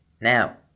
Now